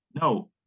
no